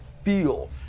feel